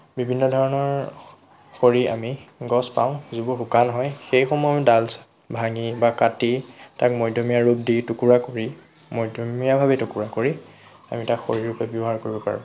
বিভিন্ন ধৰণৰ খৰিৰ আমি গছ পাওঁ যিবোৰ শুকান হয় সেইসমূহৰ ডাল ভাঙি বা কাটি তাক মধ্যমীয়া ৰূপ দি টুকুৰা কৰি মধ্যমীয়াভাৱেই টুকুৰা কৰি আমি তাক খৰি হিচাবে ব্যৱহাৰ কৰিব পাৰোঁ